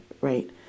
right